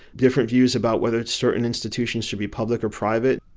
different views about whether it's certain institutions should be public or private.